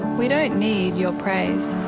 we don't need your praise,